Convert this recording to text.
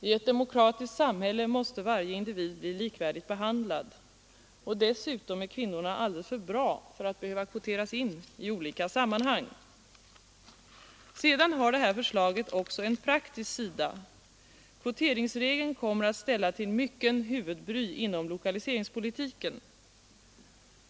I ett demokratiskt samhälle måste varje individ bli likvärdigt behandlad. Och dessutom är kvinnorna alldeles för bra för att behöva kvoteras in i olika sammanhang. Det här förslaget har också en praktisk sida: Kvoteringsregeln kommer att ställa till mycket huvudbry inom lokaliseringspolitiken.